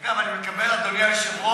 אגב, אני מקבל, אדוני היושב-ראש,